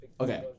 Okay